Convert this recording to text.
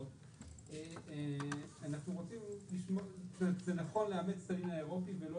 אנחנו רוצים לאמץ את הדין האירופי ולא